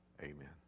amen